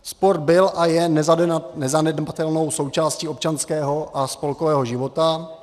Sport byl a je nezanedbatelnou součástí občanského a spolkového života.